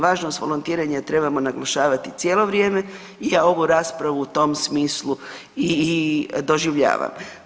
Važnost volontiranja trebamo naglašavati cijelo vrijeme, ja ovu raspravu u tom smislu i doživljavam.